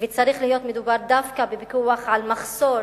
וצריך להיות מדובר דווקא בפיקוח על מחסור